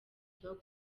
dog